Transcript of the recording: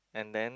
and then